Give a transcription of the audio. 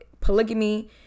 polygamy